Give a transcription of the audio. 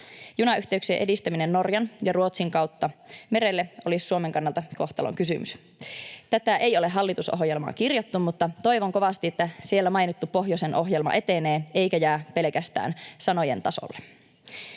Junayhteyksien edistäminen Norjan ja Ruotsin kautta merelle olisi Suomen kannalta kohtalonkysymys. Tätä ei ole hallitusohjelmaan kirjattu, mutta toivon kovasti, että siellä mainittu pohjoisen ohjelma etenee eikä jää pelkästään sanojen tasolle.